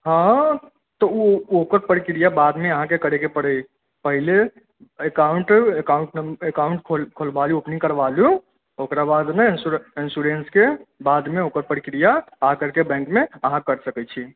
हँ तऽ ओ ओकर प्रक्रिया बादमे अहाँके करऽ के पड़ै पहिले एकाउंट खोलबा लू ओपनिंग करबा लू ओकरा बाद ने इन्सोरेन्स के बाद मे ओकर प्रक्रिया आ कर के बैंक मे अहाँ कर सकै छी